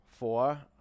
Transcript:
Four